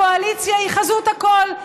הקואליציה היא חזות הכול,